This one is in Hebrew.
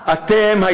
אתם,